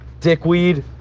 dickweed